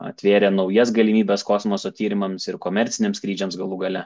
atvėrė naujas galimybes kosmoso tyrimams ir komerciniams skrydžiams galų gale